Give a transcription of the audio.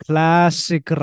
Classic